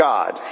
God